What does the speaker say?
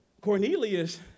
Cornelius